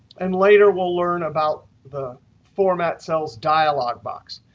and later, we'll learn about the format cells dialog box.